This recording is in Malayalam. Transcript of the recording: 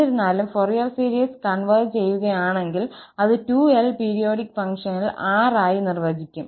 എന്നിരുന്നാലും ഫോറിയർ സീരീസ് കൺവെർജ് ചെയ്യുകയാണെങ്കിൽ അത് 2𝑙 പീരിയോഡിക് ഫംഗ്ഷനിൽ ℝ ആയി നിർവ്വചിക്കും